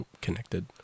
connected